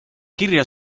kirja